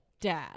dad